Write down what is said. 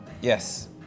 yes